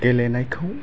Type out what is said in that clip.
गेलेनायखौ